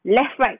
left right